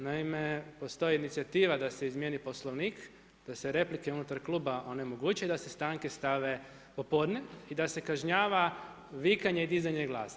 Naime, postoji inicijativa da se izmijeni Poslovnik, da se replike unutar kluba onemoguće i da se stanke stave popodne i da se kažnjava vikanje i dizanje glasa.